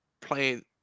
playing